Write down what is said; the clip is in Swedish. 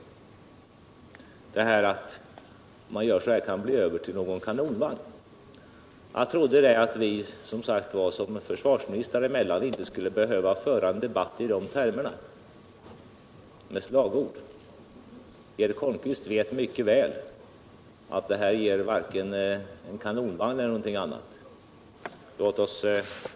När det gäller talet om att vårt förslag innebär att det skulle kunna bli pengar Över till någon kanonvagn trodde jag att vi två försvarsministrar emellan inte skulle behöva föra en debatt med slagord. Eric Holmqvist vet mycket väl att detta inte ger vare sig en kanonvagn eller någonting annat.